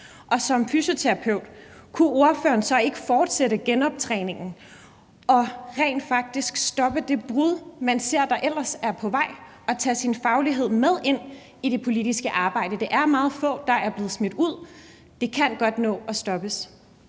som fysioterapeut så ikke fortsætte genoptræningen og rent faktisk stoppe det brud, man ser ellers er på vej, og tage sin faglighed med ind i det politiske arbejde? Det er meget få, der er blevet smidt ud. Det kan godt nå at stoppes.